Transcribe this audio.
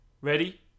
Ready